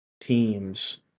teams